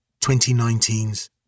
2019's